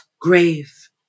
grave